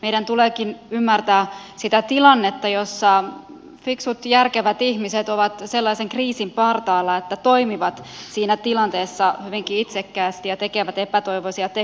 meidän tuleekin ymmärtää sitä tilannetta jossa fiksut järkevät ihmiset ovat sellaisen kriisin partaalla että toimivat siinä tilanteessa hyvinkin itsekkäästi ja tekevät epätoivoisia tekoja